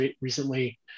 recently